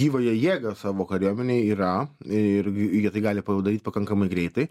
gyvąją jėgą savo kariuomenei yra ir jie tai gali padaryt pakankamai greitai